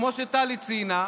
כמו שטלי ציינה,